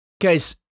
Guys